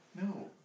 No